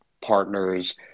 partners